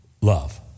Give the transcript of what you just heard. love